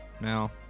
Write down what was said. now